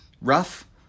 Rough